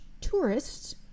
tourists